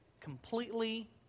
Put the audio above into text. completely